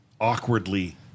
awkwardly